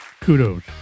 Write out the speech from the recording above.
kudos